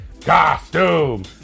costume